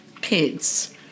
kids